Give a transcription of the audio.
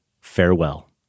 Farewell